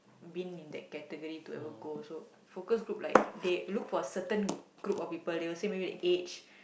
been in that category to be able to go also focus group like they look for certain group of people they will say maybe age